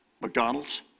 McDonald's